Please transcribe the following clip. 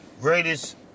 greatest